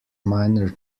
minor